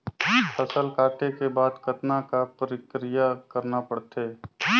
फसल काटे के बाद कतना क प्रक्रिया करना पड़थे?